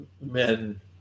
men